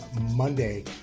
Monday